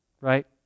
right